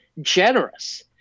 generous